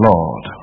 Lord